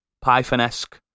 Python-esque